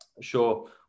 sure